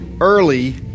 early